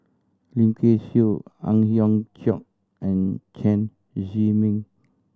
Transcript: Lim Kay Siu Ang Hiong Chiok and Chen Zhiming